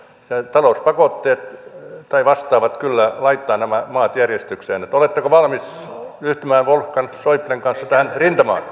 talouspakotteet tai vastaavat kyllä laittavat nämä maat järjestykseen oletteko valmis ryhtymään wolfgang schäublen kanssa tähän rintamaan